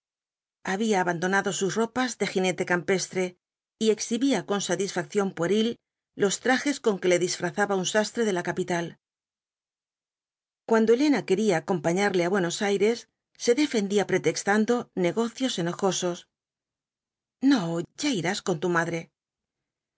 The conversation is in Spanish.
había abandonado sus ropas de jinete campestre y exhibía con satisfacción pueril los trajes con que le disfrazaba un sastre de la capital cuando elena quería acompañarle á buenos aires se defendía pretextando negocios enojosos no ya irás con tu madre